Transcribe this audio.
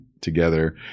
together